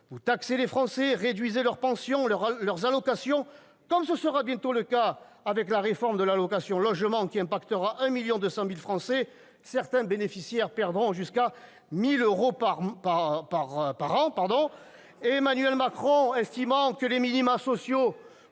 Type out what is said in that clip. Vous taxez les Français, réduisez leurs pensions, leurs allocations, comme ce sera bientôt le cas avec la réforme de l'allocation logement, qui touchera 1,2 million de Français. Certains bénéficiaires perdront jusqu'à 1 000 euros par an. Emmanuel Macron estimant que les minima sociaux